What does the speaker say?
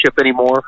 anymore